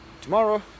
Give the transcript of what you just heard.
tomorrow